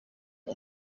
uri